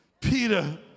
Peter